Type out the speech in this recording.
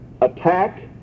attack